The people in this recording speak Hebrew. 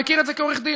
מכיר את זה כעורך-דין,